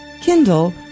Kindle